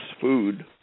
food